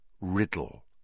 Riddle